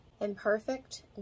Imperfect